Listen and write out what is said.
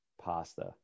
Pasta